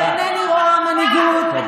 אינני רואה מנהיגות.